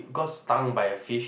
got stung by a fish